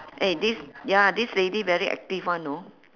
eh this ya this lady very active [one] you know